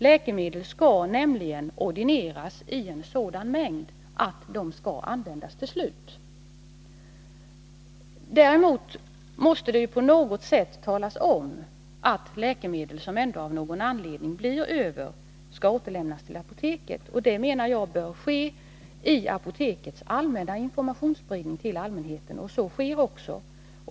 Läkemedel skall nämligen ordineras i en sådan mängd att de skall användas till slut. Däremot måste det på något sätt talas om att läkemedel som ändå av någon anledning blir över skall återlämnas till apoteket. Det menar jag bör ske i apotekens allmänna informationsspridning till allmänheten. Så sker också.